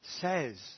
says